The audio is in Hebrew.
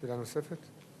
שאלה נוספת?